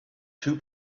two